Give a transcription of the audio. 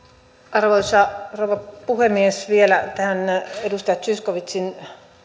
arvoisa rouva puhemies vielä tähän edustaja zyskowiczin